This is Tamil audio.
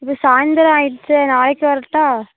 இப்போ சாய்ந்திரம் ஆகிடுச்சே நாளைக்கு வரட்டா